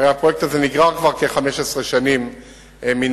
הרי הפרויקט הזה נגרר כבר כ-15 שנים מהעבר.